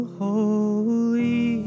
holy